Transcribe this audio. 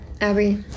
Abby